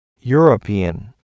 European